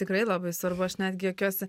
tikrai labai svarbu aš netgi juokiuosi